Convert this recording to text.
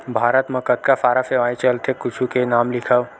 भारत मा कतका सारा सेवाएं चलथे कुछु के नाम लिखव?